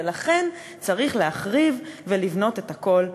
ולכן צריך להחריב ולבנות את הכול מחדש.